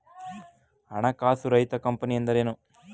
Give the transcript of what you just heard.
ಹಣಕಾಸು ರಹಿತ ಕಂಪನಿ ಎಂದರೇನು?